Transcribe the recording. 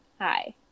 Hi